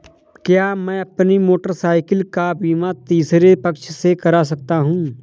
क्या मैं अपनी मोटरसाइकिल का बीमा तीसरे पक्ष से करा सकता हूँ?